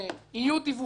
יהיו דיווחים.